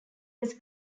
was